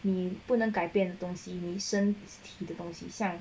你不能改变的东西你身体的东西像